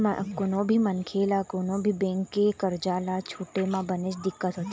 कोनो भी मनखे ल कोनो भी बेंक के करजा ल छूटे म बनेच दिक्कत होथे